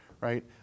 right